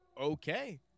Okay